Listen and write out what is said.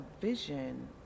vision